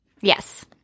Yes